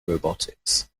robotics